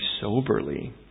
soberly